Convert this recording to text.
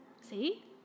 See